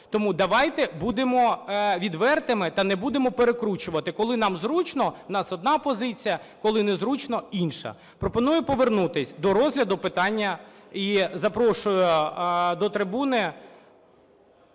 Тому давайте будемо відвертими та не будемо перекручувати, коли нам зручно – у нас одна позиція, коли незручно – інша. Пропоную повернутись до розгляду питання. І запрошую до трибуни...